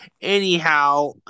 Anyhow